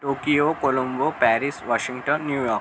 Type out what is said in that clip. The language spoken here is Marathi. Tokyo Colombo Paris Washington New York